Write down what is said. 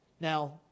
Now